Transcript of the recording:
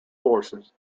forces